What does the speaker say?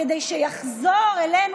כדי שיחזור אלינו,